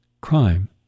crime